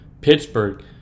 Pittsburgh